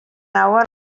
hour